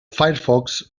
firefox